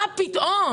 מה פתאום?